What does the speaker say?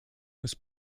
was